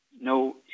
No